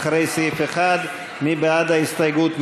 סעיף 1. מי בעד ההסתייגות?